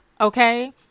Okay